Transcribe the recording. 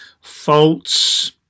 faults